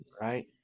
right